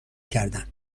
کردن